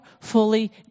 fully